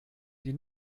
die